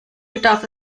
bedarf